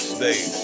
State